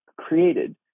created